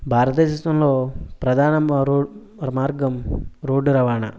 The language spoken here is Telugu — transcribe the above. భారతదేశంలో ప్రధాన రవాణా మార్గం రోడ్డు రవాణా